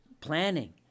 planning